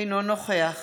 אינו נוכח